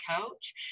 coach